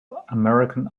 american